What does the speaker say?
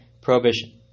prohibition